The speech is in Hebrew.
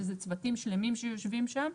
וזה צוותים שלמים שיושבים שם.